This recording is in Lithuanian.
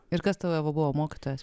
ir kas tada buvo mokytojas